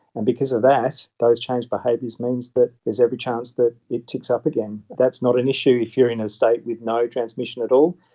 and because of that, those changed behaviours means that there is every chance that it ticks up again. that's not an issue if you're in a state with no transmission at all,